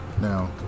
now